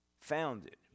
founded